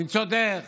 למצוא דרך